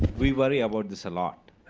we worry about this a lot.